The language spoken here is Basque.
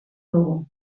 dugu